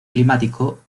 climático